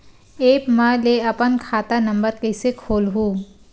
App म ले अपन खाता नम्बर कइसे खोलहु?